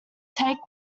take